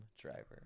Driver